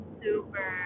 super